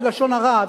ולשון הרע,